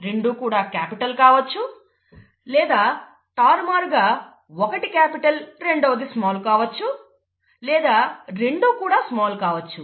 రెండూ కూడా క్యాపిటల్ కావచ్చు లేదా తారుమారుగా ఒకటి క్యాపిటల్ రెండవది స్మాల్ కావచ్చు లేదా రెండూ కూడా స్మాల్ కావచ్చు